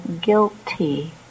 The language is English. guilty